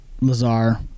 Lazar